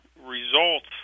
results